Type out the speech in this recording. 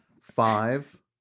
five